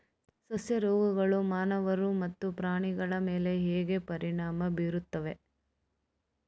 ಸಸ್ಯ ರೋಗಗಳು ಮಾನವರು ಮತ್ತು ಪ್ರಾಣಿಗಳ ಮೇಲೆ ಹೇಗೆ ಪರಿಣಾಮ ಬೀರುತ್ತವೆ